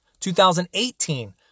2018